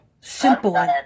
Simple